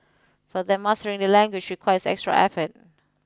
for them mastering the language requires extra effort